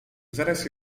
zaraz